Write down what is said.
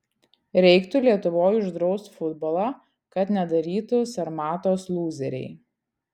reiktų lietuvoj uždraust futbolą kad nedarytų sarmatos lūzeriai